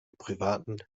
privaten